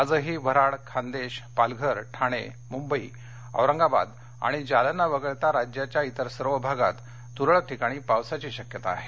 आजही वऱ्हाड खान्देश पालघर ठाणे मंबई औरंगाबाद आणि जालना वगळता राज्याच्या इतर सर्व भागात तुरळक ठिकाणी पावसाची शक्यता आहे